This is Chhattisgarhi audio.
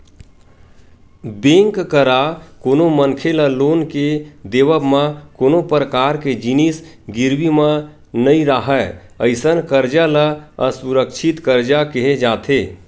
बेंक करा कोनो मनखे ल लोन के देवब म कोनो परकार के जिनिस गिरवी म नइ राहय अइसन करजा ल असुरक्छित करजा केहे जाथे